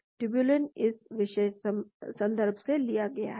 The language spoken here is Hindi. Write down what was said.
ट्यूबलिन इस विशेष संदर्भ से लिया गया है